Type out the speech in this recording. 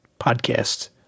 podcast